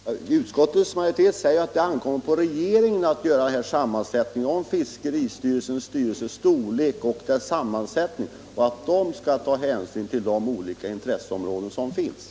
Fru talman! Utskottets majoritet säger att det ankommer på regeringen att besluta om fiskeristyrelsens styrelses storlek och sammansättning, och att man skall ta hänsyn till de olika intresseområden som finns.